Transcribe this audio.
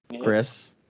Chris